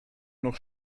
noch